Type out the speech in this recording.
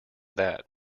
that